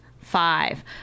five